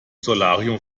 solarium